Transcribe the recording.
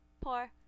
poor